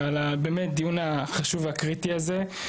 ועל באמת הדיון החשוב והקריטי הזה,